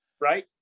right